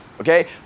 okay